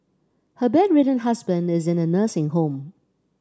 her bedridden husband is in a nursing home